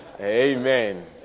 Amen